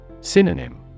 Synonym